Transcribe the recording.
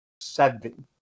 Seven